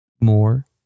more